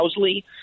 Housley